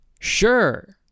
Sure